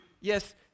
yes